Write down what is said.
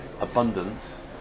Abundance